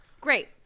Great